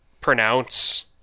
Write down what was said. pronounce